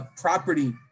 property